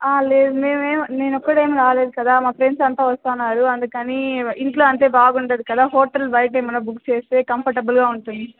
లేదు నేనేమి నేను ఒక్కదాన్నే రాలేదు కదా మా ఫ్రెండ్స్ అంత వస్తున్నారు అందుకని ఇంట్లో అంటే బాగుండదు కదా హోటల్ బయట ఏమైనా బుక్ చేస్తే కంఫర్టబుల్గా ఉంటుంది